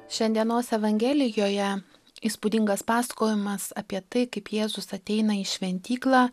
šiandienos evangelijoje įspūdingas pasakojimas apie tai kaip jėzus ateina į šventyklą